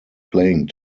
playing